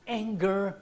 anger